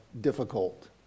difficult